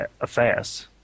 Affairs